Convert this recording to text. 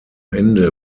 ende